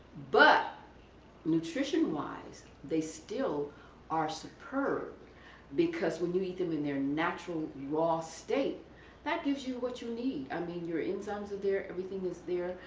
but nutrition wise, they still are superior, because when you eat them in their natural raw state that gives you what you need. i mean, your enzymes are there, everything is there.